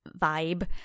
vibe